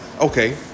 Okay